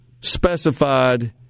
specified